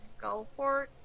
Skullport